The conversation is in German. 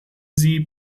sie